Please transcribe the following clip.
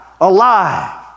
alive